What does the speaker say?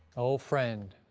oh, friend,